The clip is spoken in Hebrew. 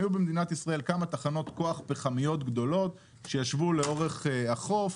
היו במדינת ישראל כמה תחנות כוח פחמיות גדולות שישבו לאורך החוף,